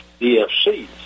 DFC